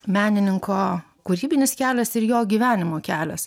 menininko kūrybinis kelias ir jo gyvenimo kelias